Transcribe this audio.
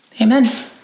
Amen